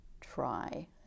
try